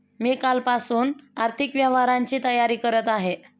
मी कालपासून आर्थिक व्यवहारांची तयारी करत आहे